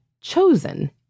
chosen